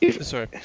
Sorry